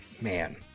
Man